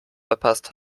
verpasst